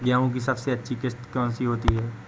गेहूँ की सबसे अच्छी किश्त कौन सी होती है?